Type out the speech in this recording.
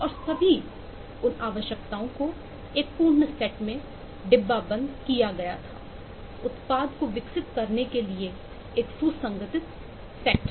और सभी उन आवश्यकताओं को एक पूर्ण सेट में डिब्बाबंद किया गया था उत्पाद को विकसित करने के लिए एक सुसंगत सेट